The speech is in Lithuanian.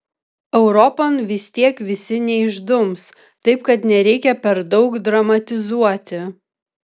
europon vis tiek visi neišdums taip kad nereikia per daug dramatizuoti